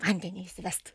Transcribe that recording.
vandenį įsivest